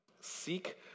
seek